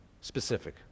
specific